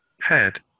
head